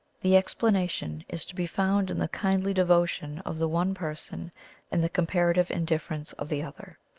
the explanation is to be found in the kindly devotion of the one person and the comparative indifference of the other,